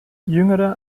jüngere